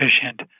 efficient